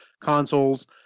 consoles